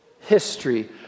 history